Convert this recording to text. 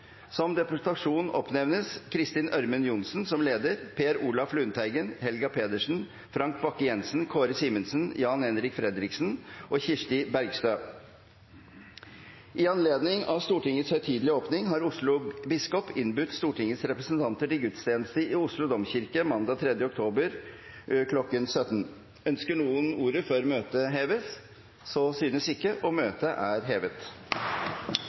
Som deputasjon oppnevnes representantene Kristin Ørmen Johnsen, leder, Per Olaf Lundteigen, Helga Pedersen, Frank Bakke-Jensen, Kåre Simensen, Jan-Henrik Fredriksen og Kirsti Bergstø. I anledning av Stortingets høytidelige åpning har Oslo biskop innbudt Stortingets representanter til gudstjeneste i Oslo Domkirke mandag 3. oktober, kl. 17.00. Ønsker noen ordet før møtet heves? – Møtet er hevet.